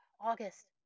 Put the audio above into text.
august